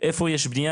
איפה יש בנייה?